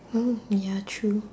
oh ya true